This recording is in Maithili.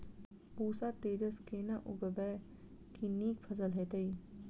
पूसा तेजस केना उगैबे की नीक फसल हेतइ?